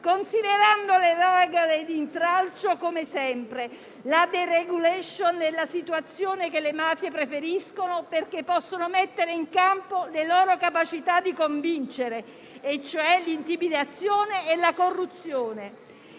considerando le regole come sempre di intralcio. La *deregulation* è la situazione che le mafie preferiscono perché possono mettere in campo le loro capacità di convincere, cioè l'intimidazione e la corruzione.